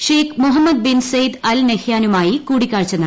Sheikh Mohammed bin Zayed Al നെഹ്യാനുമായി കൂടിക്കാഴ്ച നടത്തും